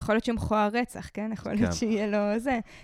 יכול להיות שהוא מכוער רצח, כן? יכול להיות שיהיה לו זה.